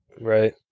Right